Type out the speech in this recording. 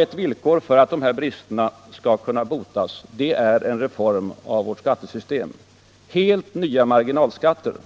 Ett villkor för att dessa brister skall kunna botas är en reform av vårt skattesystem, helt nya marginalskattesatser.